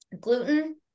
Gluten